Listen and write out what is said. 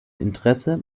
interesse